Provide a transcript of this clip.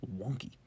wonky